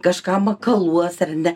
kažką makaluos ar ne